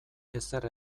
ezer